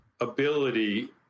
ability